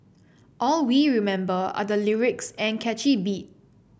all we remember are the lyrics and catchy beat